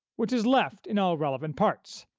which is left in all relevant parts.